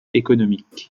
économique